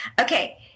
Okay